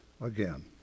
again